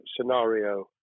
scenario